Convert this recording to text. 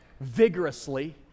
vigorously